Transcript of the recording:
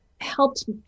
helped